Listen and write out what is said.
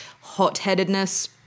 hot-headedness